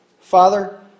Father